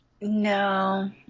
No